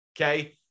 okay